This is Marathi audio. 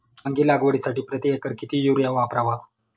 वांगी लागवडीसाठी प्रति एकर किती युरिया वापरावा?